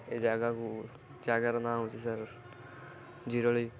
ଏ ଜାଗାକୁ ଜାଗାର ନାଁ ହଉଛି ସାର୍ ଜିରଳି